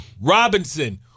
Robinson